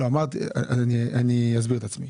אני אסביר את עצמי.